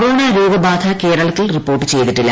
corona രോഗ ബാധ കേരളത്തിൽ റിപ്പോർട്ട് ചെയ്തിട്ടില്ല